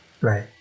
Right